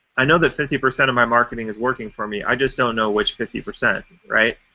i know that fifty percent of my marketing is working for me. i just don't know which fifty percent. right?